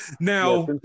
Now